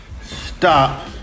stop